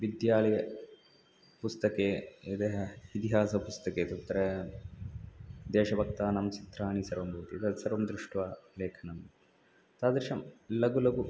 विद्यालयपुस्तके यतः इतिहासपुस्तके तत्र देशभक्तानां चित्राणि सर्वं भवति एतद् सर्वं दृष्ट्वा लेखनं तादृशं लघु लघु